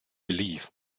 belief